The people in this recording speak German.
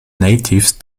natives